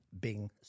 Bing